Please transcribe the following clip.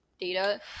data